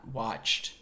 watched